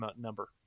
number